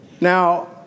Now